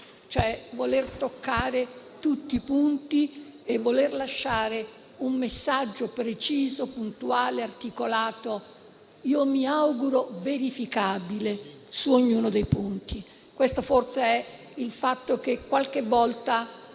cioè voler toccare tutti i punti e voler lanciare un messaggio preciso, puntuale, articolato e io mi auguro verificabile su ognuno dei punti. Questo è quello che talvolta,